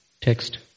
Text